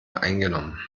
eingenommen